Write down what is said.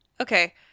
okay